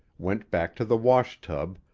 went back to the wash-tub,